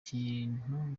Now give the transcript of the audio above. kintu